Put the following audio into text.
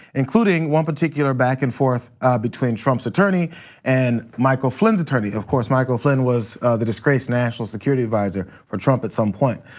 including one particular back and forth between trumps attorney and michael flynn's attorney. of course, michael flynn was the disgraced national security advisor for trump at some point.